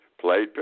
play